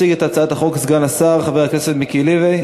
יציג את הצעת החוק סגן השר, חבר הכנסת מיקי לוי.